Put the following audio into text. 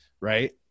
right